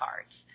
cards